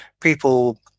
people –